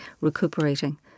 recuperating